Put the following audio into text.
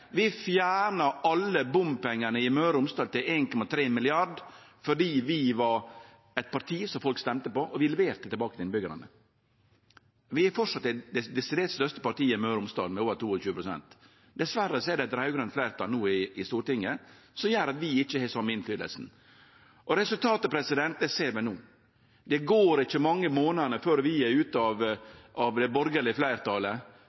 Vi fjerna alle bompengane i Møre og Romsdal, til 1,3 mrd. kr, fordi vi var eit parti som folk stemte på, og vi leverte tilbake til innbyggjarane. Vi er framleis det desidert største partiet i Møre og Romsdal, med over 22 pst. Diverre er det no eit raud-grønt fleirtal i Stortinget som gjer at vi ikkje har den same påverknaden. Resultatet ser vi no. Det går ikkje mange månadene vi er ute av det borgarlege fleirtalet,